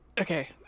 okay